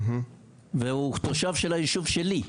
והוא תושב של היישוב שלי.